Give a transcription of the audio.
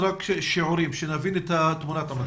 שנבין את תמונת המצב,